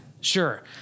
sure